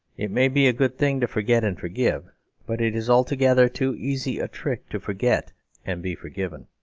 it may be a good thing to forget and forgive but it is altogether too easy a trick to forget and be forgiven.